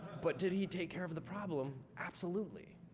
but did he take care of the problem? absolutely.